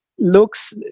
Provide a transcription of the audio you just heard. looks